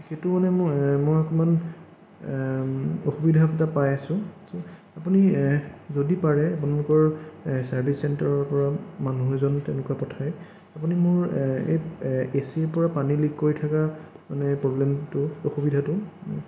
সেইটো মানে মোৰ মই অকণমান অসুবিধা এটা পাই আছোঁ আপুনি যদি পাৰে আপোনালোকৰ চাৰ্ভিচ চেণ্টাৰৰ পৰা মানুহ এজন তেনেকুৱা পঠাই আপুনি মোৰ আপুনি মোৰ এচিৰ পৰা পানী লিক কৰি থকা মানে প্ৰব্লেমটো অসুবিধাটো